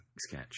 sketch